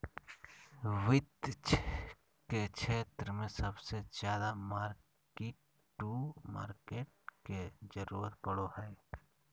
वित्त के क्षेत्र मे सबसे ज्यादा मार्किट टू मार्केट के जरूरत पड़ो हय